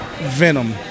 Venom